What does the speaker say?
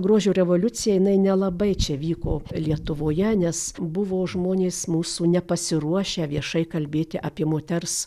grožio revoliucija jinai nelabai čia vyko lietuvoje nes buvo žmonės mūsų nepasiruošę viešai kalbėti apie moters